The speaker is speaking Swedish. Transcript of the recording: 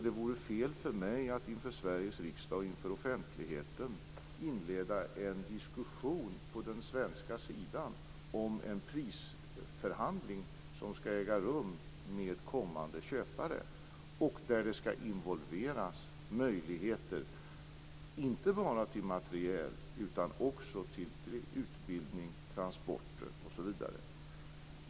Det vore fel av mig att inför Sveriges riksdag och inför offentligheten inleda en diskussion på den svenska sidan om en prisförhandling som skall äga rum med kommande köpare, och där det skall involveras möjligheter inte bara till materiel utan också till utbildning, transporter, m.m.